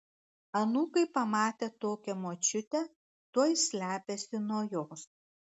anūkai pamatę tokią močiutę tuoj slepiasi nuo jos